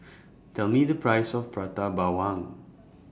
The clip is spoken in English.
Tell Me The Price of Prata Bawang